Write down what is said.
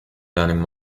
learning